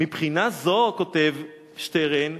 "מבחינה זו", כותב שטרן,